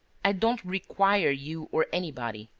i don't require you or anybody.